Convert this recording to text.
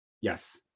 Yes